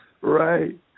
right